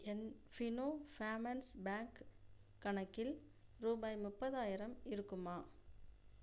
என் Fino payments bank கணக்கில் ரூபாய் முப்பதாயிரம் இருக்குமா